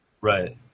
Right